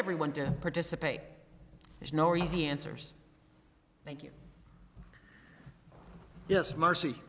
everyone to participate there's no easy answers thank you yes mercy